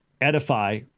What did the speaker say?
edify